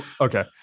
okay